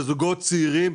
וזוגות צעירים,